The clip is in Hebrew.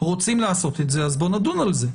רוצים לעשות את זה, אז בואו נדון על זה.